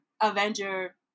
Avenger